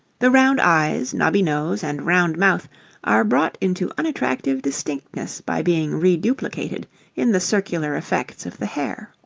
the round eyes, knobby nose, and round mouth are brought into unattractive distinctness by being re-duplicated in the circular effects of the hair.